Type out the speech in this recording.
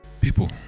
People